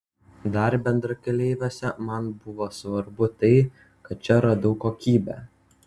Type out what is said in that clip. dar bendrakeleiviuose man buvo svarbu tai kad čia radau kokybę